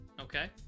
Okay